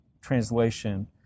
translation